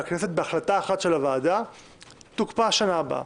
הכנסת בהחלטה אחת של הוועדה יוקפא שנה הבאה.